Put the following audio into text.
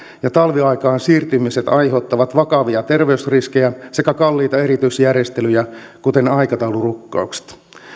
ja talviaikaan siirtymiset aiheuttavat vakavia terveysriskejä sekä kalliita erityisjärjestelyjä kuten aikataulurukkauksia